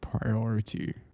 priority